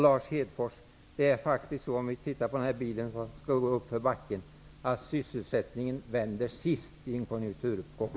Låt oss titta på den bil som skall uppför backen, Lars Hedfors: sysselsättningen vänder sist i en konjunkturuppgång.